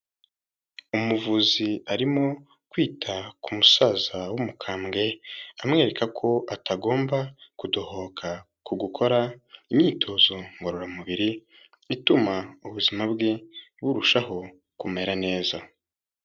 Umuvuzi arimo kwita ku musaza w'umukambwe, amwereka ko atagomba kudohoka ku gukora imyitozo ngororamubiri ituma ubuzima bwe burushaho kumera neza.